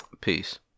Peace